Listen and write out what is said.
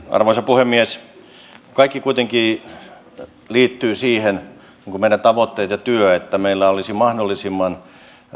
arvoisa puhemies kaikki kuitenkin liittyy siihen meidän tavoitteet ja työ että meillä olisi mahdollisimman